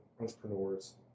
entrepreneurs